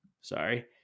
Sorry